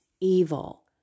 evil